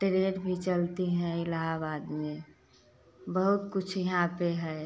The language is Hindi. ट्रेन भी चलती हैं इलाहाबाद में बहुत कुछ यहाँ पे है